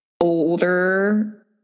older